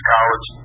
college